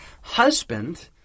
husband